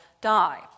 die